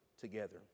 together